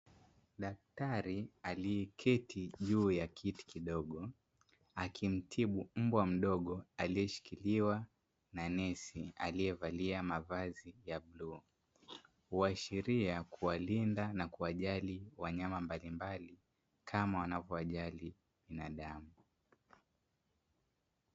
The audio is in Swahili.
Daktari aliyeketi juu ya kiti kidogo akimtibu mbwa mdogo aliye shikiliwa na nesi aliyevalia mavazi ya bluu, huashiria kuwalinda na kuwajali wanyama mbalimbali kama wanavyo wajali binadamu.